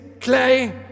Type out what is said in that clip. Clay